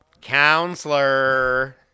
Counselor